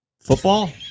football